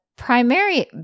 primary